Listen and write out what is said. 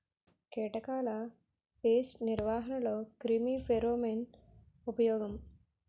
కీటకాల పేస్ట్ నిర్వహణలో క్రిమి ఫెరోమోన్ ఉపయోగం